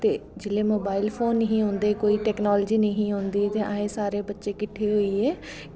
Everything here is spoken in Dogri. ते जिसलै कोई मोबाईल फोन नेंई हे होंदे कोई टैकनॉलजी नेंई ही होंदी ते अस सारे बच्चे किट्ठे होइयै